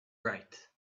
right